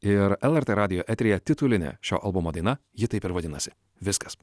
ir lrt radijo eteryje titulinė šio albumo daina ji taip ir vadinasi viskas